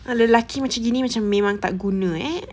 ah lelaki macam gini memang tak guna eh